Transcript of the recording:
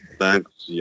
Thanks